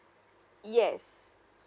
yes